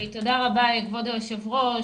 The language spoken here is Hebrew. תודה רבה לכבוד היושב-ראש,